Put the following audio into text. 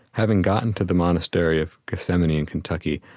having gotten to the monastery of gethsemani in kentucky,